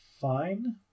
fine